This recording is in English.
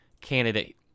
candidate